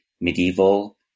medieval